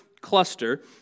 cluster